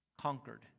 conquered